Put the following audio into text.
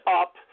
up